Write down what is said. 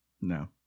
No